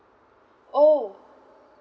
oh